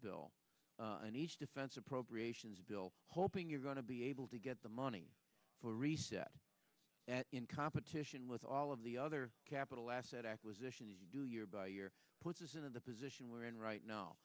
bill and each defense appropriations bill hoping you're going to be able to get the money for reset in competition with all of the other capital asset acquisitions you do year by year puts us in the position we're in right now